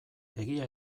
egia